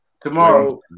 Tomorrow